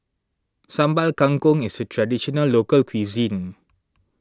Sambal Kangkong is a Traditional Local Cuisine